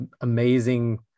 amazing